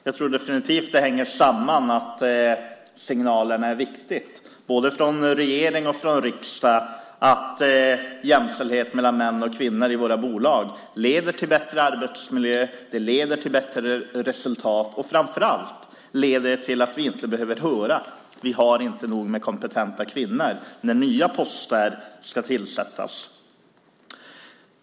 Det är viktigt med signaler både från regering och riksdag om att jämställdhet mellan män och kvinnor i våra bolag leder till bättre arbetsmiljö, till bättre resultat och framför allt till att vi inte behöver höra att vi inte har nog med kompetenta kvinnor när nya poster ska tillsättas.